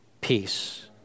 peace